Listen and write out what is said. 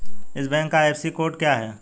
इस बैंक का IFSC code क्या है?